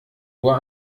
nur